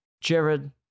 Jared